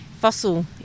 Fossil